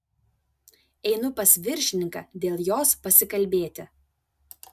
einu pas viršininką dėl jos pasikalbėti